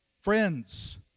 Friends